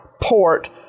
port